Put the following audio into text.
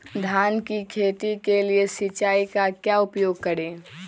धान की खेती के लिए सिंचाई का क्या उपयोग करें?